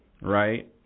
right